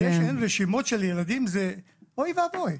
זה שאין רשימות של ילדים, זה אוי ואבוי.